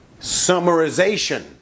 summarization